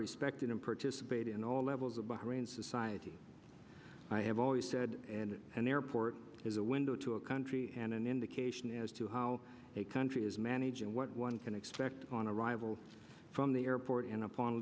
respected and participate in all levels of bahrain society i have always said and an airport is a window to a country and an indication as to how a country is manage and what one can expect on arrival from the airport and upon